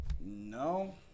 No